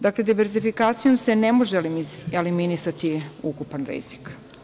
Dakle, diverzifikacijom se ne može eliminisati ukupan rizik.